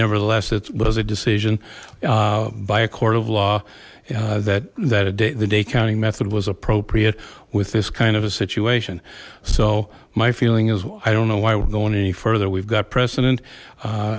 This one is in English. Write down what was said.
nevertheless it was a decision by a court of law that that a date the day counting method was appropriate with this kind of a situation so my feeling is i don't know why we're going any further we've got precedent